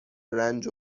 رنج